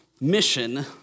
mission